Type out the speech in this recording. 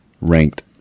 ranked